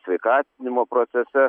sveikatinimo procese